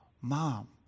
Mom